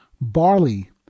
barley